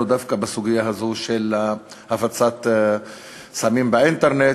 דווקא בסוגיה הזו של הפצת סמים באינטרנט.